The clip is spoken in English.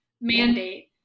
mandate